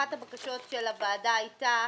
אחת הבקשות של הוועדה הייתה